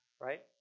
right